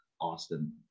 Austin